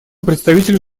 представителю